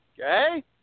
Okay